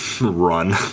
run